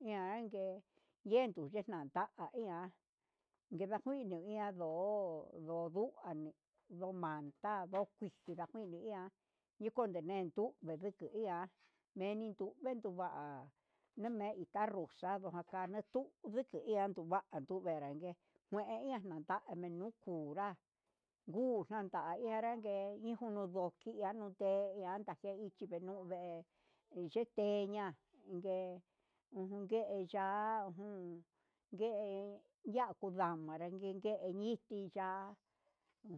ianngue yendu yenaxta'a iha kidakuino iha ndó ho ndudungani, ndomanda ndokuiji najini he ian ndekone ien nduu nriko iha meni tu'u me'e entuva'a meni kute arroz yendo nakanatu ndiki ian nduu va'a nderangue hue ihan nina ndida tan me'e, nukunrá ndu nungunra ihan nde nujunu kein chikinu ve'e yeteña ngue uju ye'e ya'a nga ujun nguee ñiti ya'a.